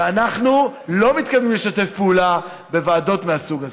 ואנחנו לא מתכוונים לשתף פעולה בוועדות מהסוג הזה.